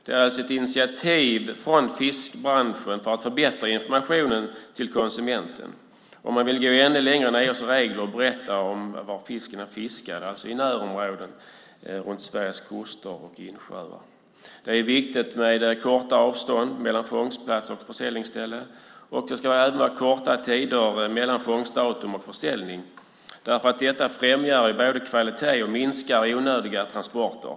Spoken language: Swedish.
Det är ett initiativ från fiskbranschen för att förbättra informationen till konsumenten. Man vill gå ännu längre än EU:s regler och berätta om var fisken är fiskad, alltså i närområden runt Sveriges kuster och insjöar. Det är viktigt med korta avstånd mellan fångstplats och försäljningsställe. Det ska även vara korta tider mellan fångstdatum och försäljning. Detta främjar kvalitet och minskar onödiga transporter.